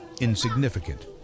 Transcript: insignificant